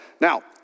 Now